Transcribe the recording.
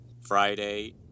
Friday